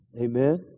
Amen